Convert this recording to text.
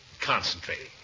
concentrating